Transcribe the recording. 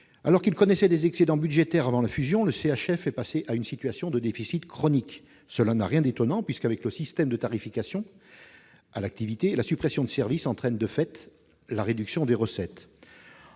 Alors qu'il connaissait des excédents budgétaires avant la fusion, le CHF est désormais en déficit chronique. Cela n'a rien d'étonnant, car, avec le système de tarification à l'activité, la suppression de services entraîne, de fait, la réduction des recettes.